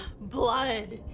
blood